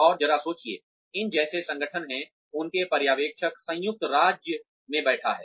और जरा सोचिए इन जैसे संगठन हैं उनके पर्यवेक्षक संयुक्त राज्य में बैठे हैं